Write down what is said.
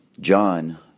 John